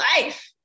life